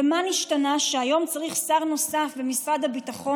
ומה נשתנה שהיום צריך שר נוסף במשרד הביטחון